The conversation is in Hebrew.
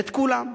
ואת כולם.